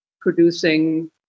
producing